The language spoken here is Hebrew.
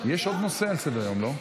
יש לנו עוד נושא על סדר-היום, לא?